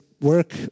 work